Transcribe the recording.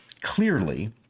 clearly